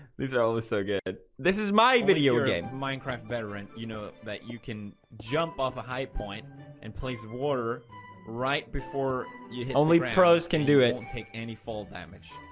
these are always so good this is my video game minecraft veteran, you know that you can jump off a high point in place of water right before you're only pros can do it. and take any fall damage.